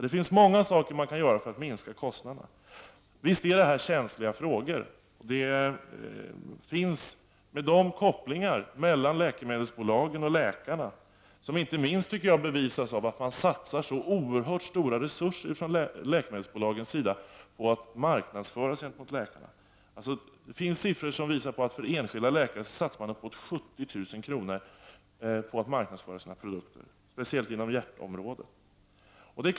Det är många saker som man kan göra för att minska kostnaderna. Visst är det här känsliga frågor. Kopplingarna mellan läkemedelsbolagen och läkarna bevisas, tycker jag, inte minst av att läkemedelsbolagen satsar så oerhört stora resurser på att marknadsföra gentemot läkarna. Det finns siffror som visar att man för enskilda läkare satsar uppemot 70 000 kronor på att marknadsföra sina produkter, speciellt inom hjärtområdet.